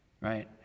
right